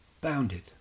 bounded